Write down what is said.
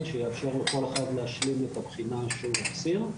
שיאפשר לכל אחד להשלים את הבחינה שהוא החסיר.